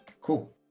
cool